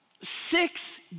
Six